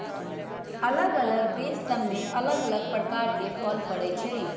अल्लग अल्लग देश सभ में अल्लग अल्लग प्रकार के फल फरइ छइ